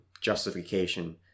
justification